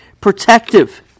protective